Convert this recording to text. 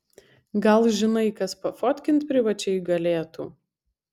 gal žinai kas pafotkint privačiai galėtų